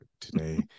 today